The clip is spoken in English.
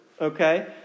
okay